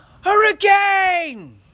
Hurricane